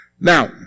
Now